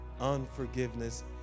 unforgiveness